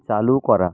চালু করা